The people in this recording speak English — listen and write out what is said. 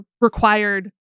required